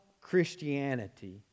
Christianity